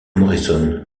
morrison